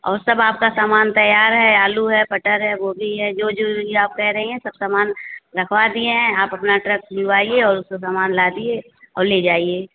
और सब आपका सामान तैयार है आलू है मटर है गोभी है जो जो आप यह आप कह रहीं हैं सब सामान रखवा दिए हैं आप अपना ट्रक बुलवाइए और उस पर सामान लादिए और ले जाइए